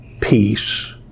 peace